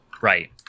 Right